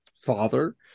father